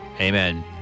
Amen